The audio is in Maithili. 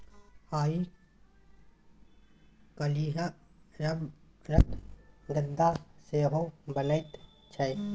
आइ काल्हि रबरक गद्दा सेहो बनैत छै